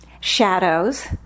shadows